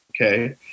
Okay